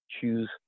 choose